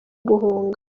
guhunga